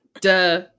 Duh